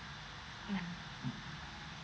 mm